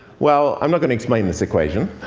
well, i'm not going to explain this equation,